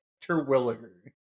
Terwilliger